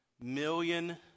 million